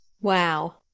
Wow